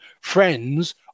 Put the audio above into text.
friends